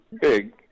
big